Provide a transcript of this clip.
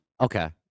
Okay